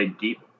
deep